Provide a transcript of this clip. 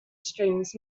streams